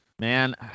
Man